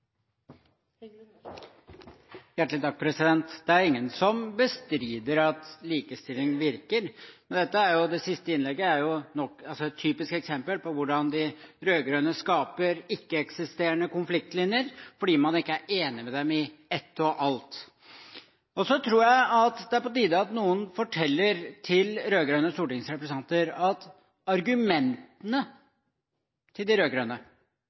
innlegget er et typisk eksempel på hvordan de rød-grønne skaper ikke-eksisterende konfliktlinjer fordi man ikke er enig med dem i ett og alt. Jeg tror det er på tide at noen forteller rød-grønne stortingsrepresentanter at argumentene deres og de